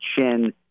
chin